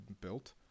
built